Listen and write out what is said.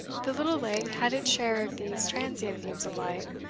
the little lake had its share of these transient beams of light,